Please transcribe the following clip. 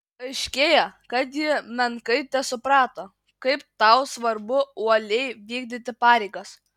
aiškėja kad ji menkai tesuprato kaip tau svarbu uoliai vykdyti pareigas